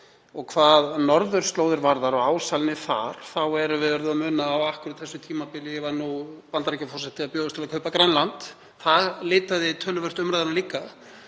og hvað norðurslóðir varðar og ásælni þar verðum við að muna að akkúrat á því tímabili var Bandaríkjaforseti að bjóðast til að kaupa Grænland. Það litaði töluvert umræðuna líka.